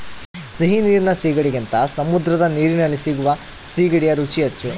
ಸಿಹಿ ನೀರಿನ ಸೀಗಡಿಗಿಂತ ಸಮುದ್ರದ ನೀರಲ್ಲಿ ಸಿಗುವ ಸೀಗಡಿಯ ರುಚಿ ಹೆಚ್ಚು